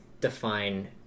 define